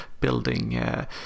building